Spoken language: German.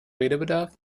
redebedarf